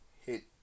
hit